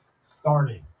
starting